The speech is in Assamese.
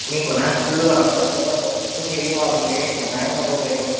আপুনি বনাই খাবলেও আমাৰ ইফালৰ পৰা বস্তু থাকিব আপোনালোকে বনায়ো খাব পাৰিব